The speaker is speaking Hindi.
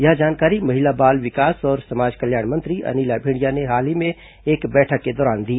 यह जानकारी महिला बाल विकास और समाज कल्याण मंत्री अनिला भेंडिया ने हाल ही में एक बैठक के दौरान दी